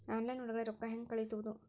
Online ಒಳಗಡೆ ರೊಕ್ಕ ಹೆಂಗ್ ಕಳುಹಿಸುವುದು?